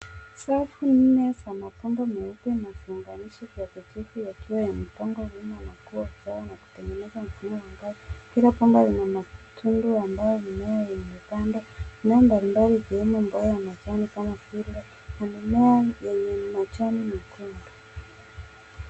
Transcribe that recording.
Safu nne za mabomba meupe na viunganisho vya vitufe yakiwa yamepangwa wima na kuwa na kutengeneza mfumo wa ngazi. Kila bomba lina matundu ambayo mimea imepandwa. Mimea mbalimbali ikiwemo mboga ya majani kama vile na mimea yenye majani madogo.